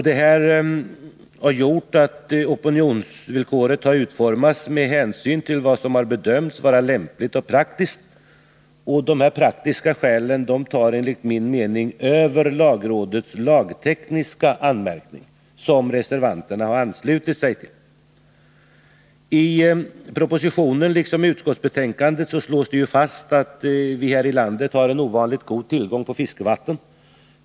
Detta har gjort att opinionsvillkoret har utformats med hänsyn till det som bedömts vara lämpligt och praktiskt. De praktiska skälen tar enligt min mening över lagrådets lagtekniska anmärkning, som reservanterna har anslutit sig till. I propositionen, liksom i utskottsbetänkandet, slås det fast att vi här i landet har en ovanligt god tillgång på fiskevatten.